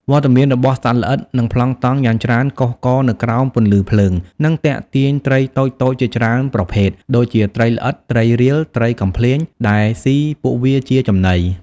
វត្តមានរបស់សត្វល្អិត និងប្លង់តុងយ៉ាងច្រើនកុះករនៅក្រោមពន្លឺភ្លើង នឹងទាក់ទាញ ត្រីតូចៗ ជាច្រើនប្រភេទ ដូចជាត្រីល្អិត ត្រីរៀល ត្រីកំភ្លាញ ដែលស៊ីពួកវាជាចំណី។